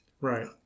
Right